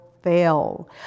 Fail